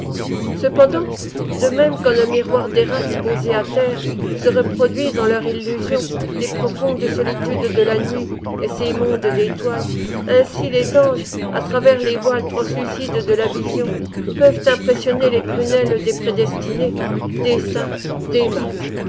cependant de même qu'en un miroir d'airain posé à terre se reproduisent en leur illusion les profondes solitudes de la nuit et ses mondes d'étoiles ainsi les anges à travers les voiles translucides de la vision peuvent impressionner les prunelles des prédestinés des saints des mages